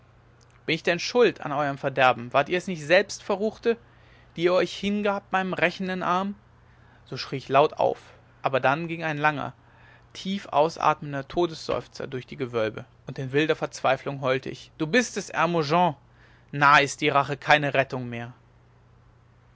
bin ich denn schuld an euerm verderben wart ihr es nicht selbst verruchte die ihr euch hingabt meinem rächenden arm so schrie ich laut auf aber dann ging ein langer tief ausatmender todesseufzer durch die gewölbe und in wilder verzweiflung heulte ich du bist es hermogen nah ist die rache keine rettung mehr